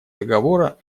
договора